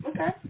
Okay